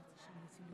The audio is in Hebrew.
בבקשה, אדוני,